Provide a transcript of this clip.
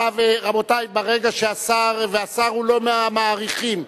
רבותי ברגע שהשר, והשר הוא לא מהמאריכים,